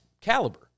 caliber